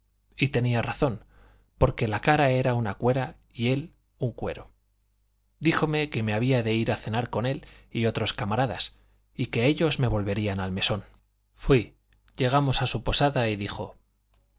y tenía razón porque la cara era una cuera y él un cuero díjome que me había de ir a cenar con él y otros camaradas y que ellos me volverían al mesón fui llegamos a su posada y dijo